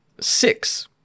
six